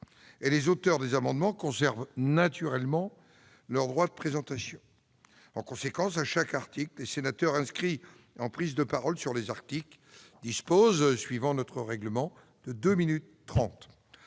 et les auteurs des amendements conservent naturellement leur droit de présentation. En conséquence, à chaque article, les sénateurs inscrits pour une prise de parole sur l'article disposent, en vertu de notre règlement, de deux minutes